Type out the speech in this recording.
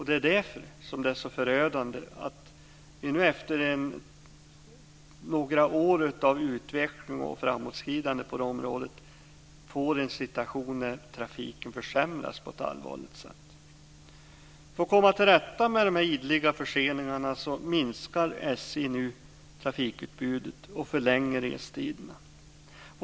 Det är därför det är så förödande att vi efter några år av utveckling och framåtskridande på detta område får en situation där trafiken försämras på ett allvarligt sätt. För att komma till rätta med dessa ideliga förseningar minskar nu SJ trafikutbudet och förlänger restiderna.